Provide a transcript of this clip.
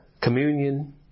communion